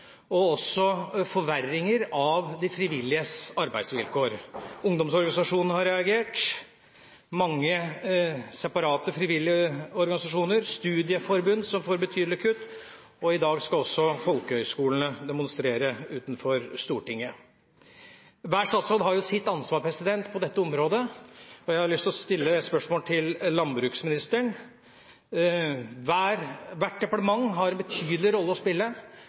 og også forverringer av de frivilliges arbeidsvilkår. Ungdomsorganisasjonene har reagert, mange separate frivillige organisasjoner og studieforbund som får betydelige kutt, har reagert, og i dag skal folkehøgskolene demonstrere utenfor Stortinget. Hver statsråd har sitt ansvar på dette området, og jeg har lyst til å stille spørsmål til landbruksministeren. Hvert departement har en betydelig rolle å spille